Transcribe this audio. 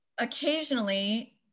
Occasionally